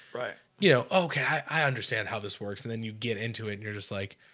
right, you know, okay i understand how this works and then you get into it. you're just like,